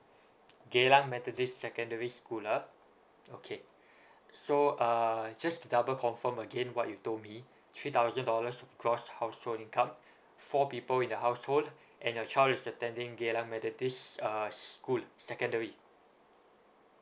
geylang methodist secondary school ah okay so err just to double confirm again what you told me three thousand dollars gross household income four people in the household and your child is attending geylang methodist uh school secondary